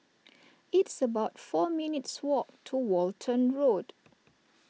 it's about four minutes' walk to Walton Road